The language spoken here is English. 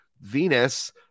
Venus